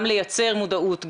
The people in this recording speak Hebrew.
גם לייצר מודעות,